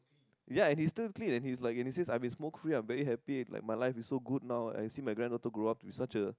ya and he's still clean and he's like and he says I've been smoke free I'm very happy and my life is so good now I see my granddaughter grow up to be such a